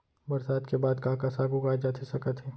बरसात के बाद का का साग उगाए जाथे सकत हे?